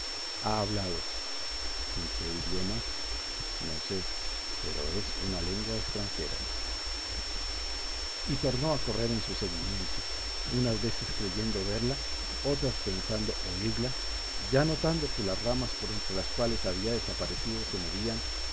ha hablado en qué idioma no sé pero es una lengua extranjera y tornó a correr en su seguimiento unas veces creyendo verla otras pensando oírla ya notando que las ramas por entre las cuales había desaparecido se movían